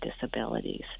disabilities